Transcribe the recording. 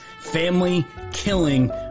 family-killing